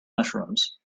mushrooms